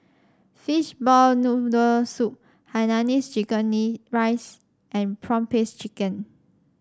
Fishball Noodle Soup Hainanese chicken nee rice and prawn paste chicken